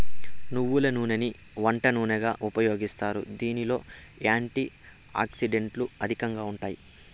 నువ్వుల నూనెని వంట నూనెగా ఉపయోగిస్తారు, దీనిలో యాంటీ ఆక్సిడెంట్లు అధికంగా ఉంటాయి